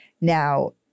Now